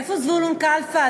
איפה זבולון קלפה?